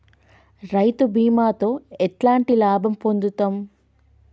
రైతు బీమాతో ఎట్లాంటి లాభం పొందుతం?